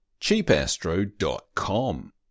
Cheapastro.com